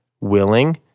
willing